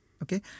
Okay